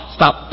stop